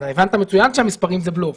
הבנת מצוין שהמס' זה בלוף,